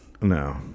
No